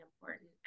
important